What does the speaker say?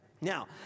Now